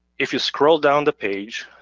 if you scroll down the page